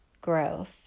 growth